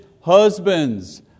husbands